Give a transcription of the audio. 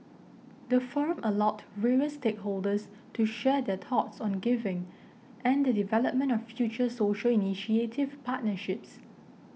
the forum allowed various stakeholders to share their thoughts on giving and the development of future social initiative partnerships